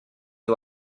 you